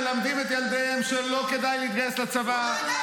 שליש ממנה מלמדים את ילדיהם -- גם אתה שירת שלוש שנים.